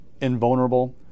Invulnerable